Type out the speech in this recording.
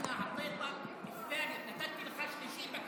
מנסור (אומר בערבית ומתרגם:)